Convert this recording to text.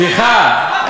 סליחה,